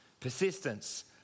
Persistence